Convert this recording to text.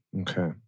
Okay